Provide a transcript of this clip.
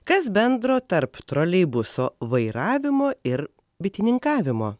kas bendro tarp troleibuso vairavimo ir bitininkavimo